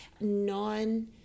non